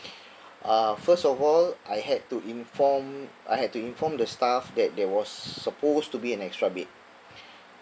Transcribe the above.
uh first of all I had to inform I had to inform the staff that there was supposed to be an extra bed